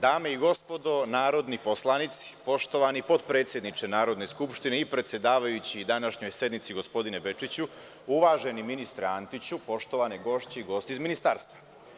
Dame i gospodo narodni poslanici, poštovani potpredsedniče Narodne skupštine i predsedavajući i današnjoj sednici gospodine Bečiću, uvaženi ministre Antiću, poštovane gošće i gosti iz Ministarstva.